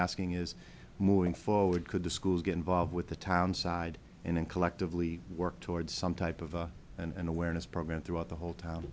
asking is moving forward could the schools get involved with the town side and then collectively work towards some type of a and awareness program throughout the whole town